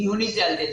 מיוני, זאת הדלתא.